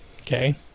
Okay